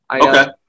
Okay